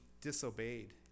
disobeyed